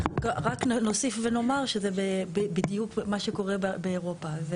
רק נוסיף ונאמר שזה בדיוק מה שקורה באירופה.